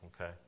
okay